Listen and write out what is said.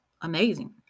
amazing